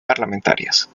parlamentarias